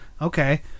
Okay